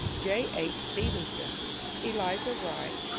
j. h. stephen son, elizur wright,